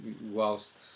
whilst